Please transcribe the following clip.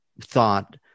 thought